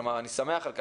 אני שמח על כך,